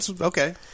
Okay